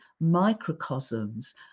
microcosms